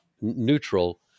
neutral